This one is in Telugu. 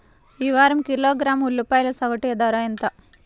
ఈ వారం కిలోగ్రాము ఉల్లిపాయల సగటు ధర ఎంత?